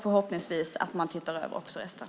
Förhoppningsvis tittar man även över resten.